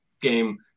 game